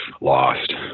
lost